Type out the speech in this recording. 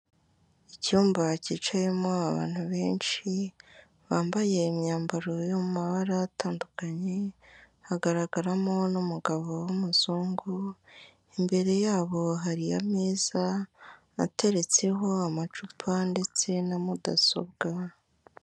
Icyumba cyicayemo abantu benshi bambaye imyambaro y'amabara atandukanye hagaragaramo n'umugabo w'umuzungu imbere yabo hari ameza ateretseho amacupa ndetse na mudasobwa.